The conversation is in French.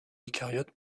eucaryotes